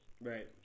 Right